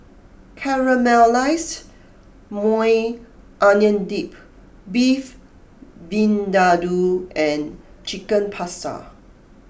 Caramelized Maui Onion Dip Beef Vindaloo and Chicken Pasta